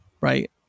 right